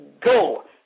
go